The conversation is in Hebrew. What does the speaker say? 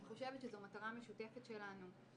אני חושבת שזו מטרה משותפת שלנו.